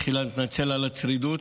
תחילה, אני מתנצל על הצרידות.